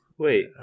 Wait